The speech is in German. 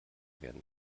werden